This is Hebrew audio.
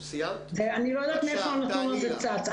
אני לא יודעת מאיפה הנתון הזה צץ.